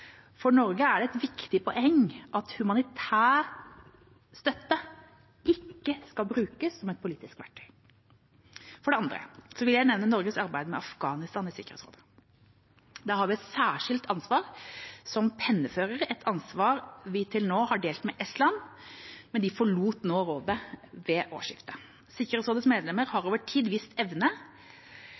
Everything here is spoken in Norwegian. For Norge er det et viktig poeng at humanitær støtte ikke skal brukes som et politisk verktøy. For det andre vil jeg nevne Norges arbeid med Afghanistan i Sikkerhetsrådet. Der har vi et særskilt ansvar som pennefører – et ansvar vi til nå har delt med Estland, som forlot rådet ved årsskiftet. Sikkerhetsrådets medlemmer har over tid vist evne